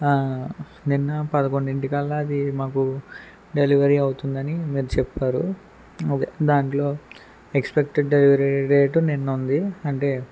నిన్న పదకొండింటికల్లా అది మాకు డెలివరీ అవుతుందని మీరు చెప్పారు ఓకే దాంట్లో ఎక్స్పెక్టెడ్ డెలివరీ డేట్ నిన్న ఉంది అంటే